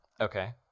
Okay